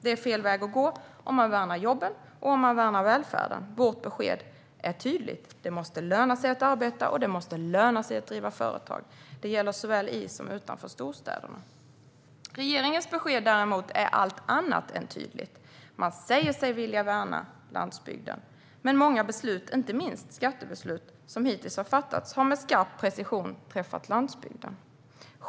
Det är fel väg att gå om man vill värna jobben och välfärden. Vårt besked är tydligt: Det måste löna sig att arbeta, och det måste löna sig att driva företag. Detta gäller såväl i som utanför storstäderna. Regeringens besked är däremot allt annat än tydligt. Man säger sig vilja värna landsbygden, men många beslut - inte minst skattebeslut - som hittills har fattats har med skarp precision träffat landsbygden.